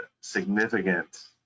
significant